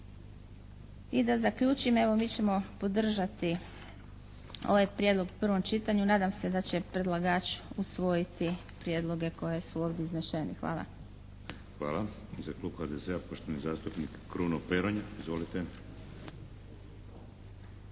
I da zaključim, evo, mi ćemo podržati ovaj prijedlog u prvom čitanju. Nadam se da će predlagač usvojiti prijedloge koji su ovdje izneseni. Hvala. **Šeks, Vladimir (HDZ)** Hvala. Za klub HDZ-a, poštovani zastupnik Kruno Peronja. Izvolite.